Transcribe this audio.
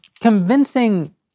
convincing